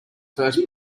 first